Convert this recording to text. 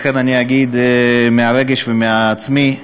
לכן אני אגיד מהרגש ומעצמי: